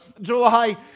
July